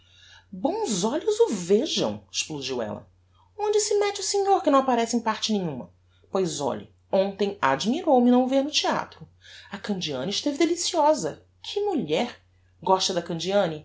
bons olhos o vejam explodiu ella onde se mette o senhor que não apparece em parte nenhuma pois olhe hontem admirou me não o ver no theatro a candiani esteve deliciosa que mulher gosta da candiani